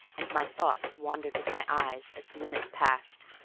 and my thoughts wandered with my eyes as the minutes passed.